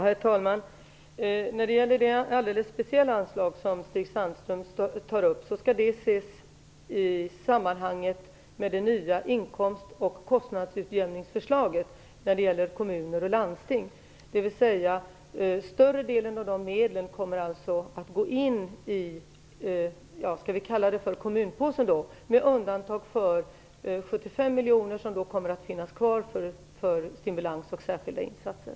Herr talman! Det speciella anslag som Stig Sandström tar upp skall ses tillsammans med det nya inkomst och kostnadsutjämningsförslaget för kommuner och landsting. Större delen av dessa medel kommer alltså att ingå i kommunpåsen med undantag för 75 miljoner som kommer att finnas kvar för stimulans och särskilda insatser.